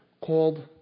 called